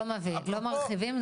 לא מרחיבים.